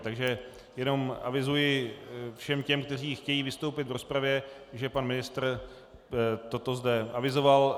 Takže jenom avizuji všem těm, kteří chtějí vystoupit v rozpravě, že pan ministr toto zde avizoval.